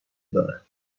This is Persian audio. دارم